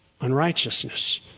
unrighteousness